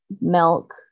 milk